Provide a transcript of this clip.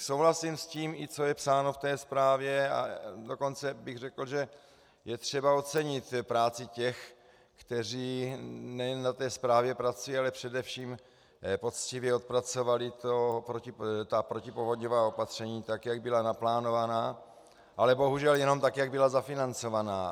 Souhlasím s tím, i co je psáno v té zprávě, a dokonce bych řekl, že je třeba ocenit práci těch, kteří nejen na té zprávě pracují, ale především poctivě odpracovali protipovodňová opatření, tak jak byla naplánována, ale bohužel jenom tak, jak byla zafinancována.